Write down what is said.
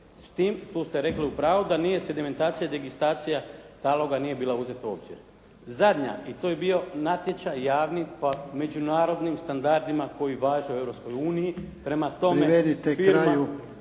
s tim, tu ste rekli u pravu da nije sedimentacija, degistacija, ta uloga nije bila uzeta u obzir. Zadnja, i tu je bio natječaj javni po međunarodnim standardima koji važe u Europskoj uniji. …/Upadica Jarnjak: